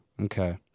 Okay